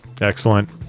Excellent